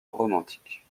romantiques